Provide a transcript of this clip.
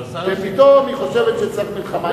ופתאום היא חושבת שצריך מלחמה,